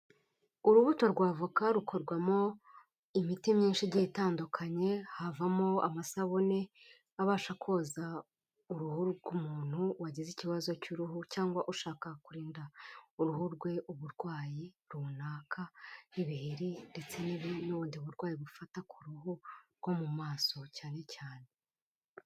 Urubuto rwa avoka rukorwamo imiti myinshi igiye itandukanye, havamo amasabune abasha koza uruhu ku muntu wagize ikibazo cy'uruhu, cyangwa ushaka kurinda uruhu rwe uburwayi runaka, nk'ibiheri ndetse n'ubundi burwayi bufata ku ruhu rwo mu maso cyane cyane.